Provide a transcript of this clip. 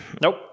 Nope